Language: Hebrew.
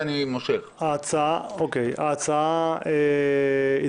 אין נמנעים, 1 ההצעה התקבלה.